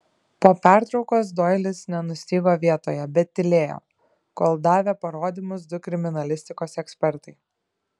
po pertraukos doilis nenustygo vietoje bet tylėjo kol davė parodymus du kriminalistikos ekspertai